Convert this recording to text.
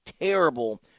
terrible